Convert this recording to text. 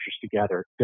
together